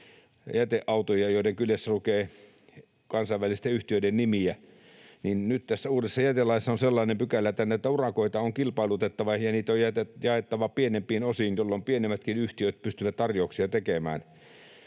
jäteautoja, joiden kyljessä lukee kansainvälisten yhtiöiden nimiä — että tässä uudessa jätelaissa on sekin päämäärä ja sellainen pykälä, että näitä urakoita on kilpailutettava ja niitä on jaettava pienempiin osiin, jolloin pienemmätkin yhtiöt pystyvät tarjouksia tekemään.